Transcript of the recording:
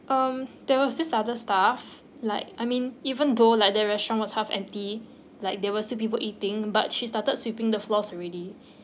um there was this other stuff like I mean even though like the restaurant was half empty like there were still people eating but she started sweeping the floors already